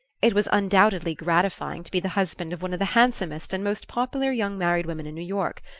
it was undoubtedly gratifying to be the husband of one of the handsomest and most popular young married women in new york,